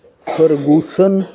ਪਰਬੂਸਨ